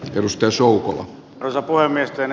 jos työsulku rosa puhemiesten